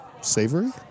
Savory